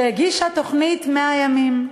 שהגישה תוכנית 100 ימים.